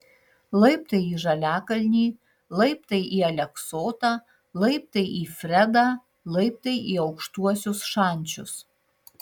laiptai į žaliakalnį laiptai į aleksotą laiptai į fredą laiptai į aukštuosius šančius